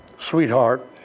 sweetheart